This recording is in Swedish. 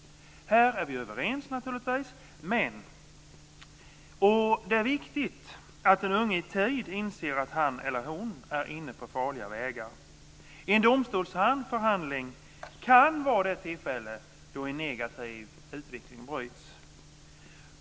Här är vi naturligtvis överens. Det är viktigt att den unge i tid inser att han eller hon är inne på farliga vägar. En domstolsförhandling kan vara det tillfälle då en negativ utveckling bryts.